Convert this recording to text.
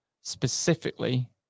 specifically